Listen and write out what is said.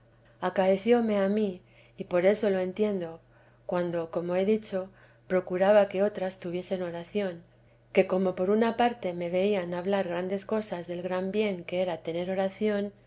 otros acaecióme a mí y por eso lo entiendo cuando como he dicho procuraba que otras tuviesen oración que como por una parte me veían hablar grandes cosas del gran bien que era tener oración